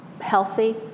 healthy